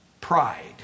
Pride